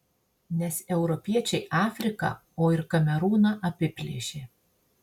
nes europiečiai afriką o ir kamerūną apiplėšė